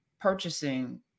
purchasing